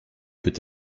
peut